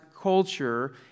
culture